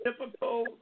typical